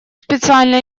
специально